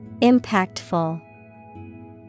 Impactful